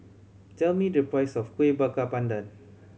tell me the price of Kuih Bakar Pandan